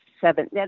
seven